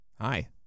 Hi